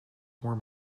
warm